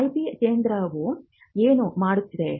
IP ಕೇಂದ್ರ ಏನು ಮಾಡುತ್ತಿದೆ